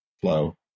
flow